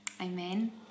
Amen